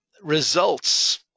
results